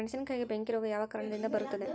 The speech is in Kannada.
ಮೆಣಸಿನಕಾಯಿಗೆ ಬೆಂಕಿ ರೋಗ ಯಾವ ಕಾರಣದಿಂದ ಬರುತ್ತದೆ?